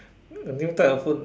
a new type of food